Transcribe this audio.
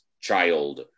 child